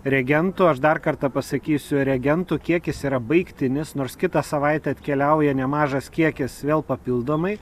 reagentų aš dar kartą pasakysiu reagentų kiekis yra baigtinis nors kitą savaitę atkeliauja nemažas kiekis vėl papildomai